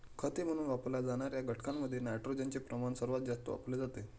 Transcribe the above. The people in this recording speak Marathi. खते म्हणून वापरल्या जाणार्या घटकांमध्ये नायट्रोजनचे प्रमाण सर्वात जास्त वापरले जाते